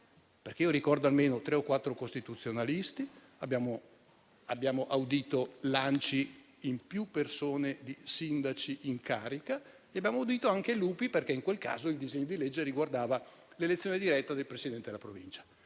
Io ricordo almeno tre o quattro costituzionalisti. Abbiamo audito l'ANCI, nelle persone di più sindaci in carica, e abbiamo audito anche l'UPI, perché in quel caso il disegno di legge riguardava anche l'elezione diretta del Presidente della Provincia.